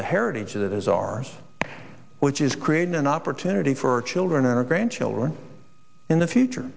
the heritage that is ours which is creating an opportunity for children and grandchildren in the future